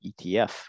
ETF